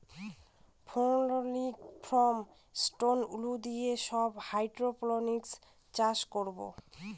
phenolic foam, stone wool দিয়ে সব hydroponics চাষ করাবো